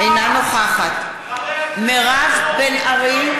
אינה נוכחת מירב בן ארי,